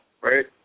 right